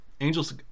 Angel's